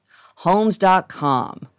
Homes.com